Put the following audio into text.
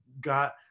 got